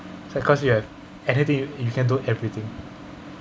like cause you have anything you can do everything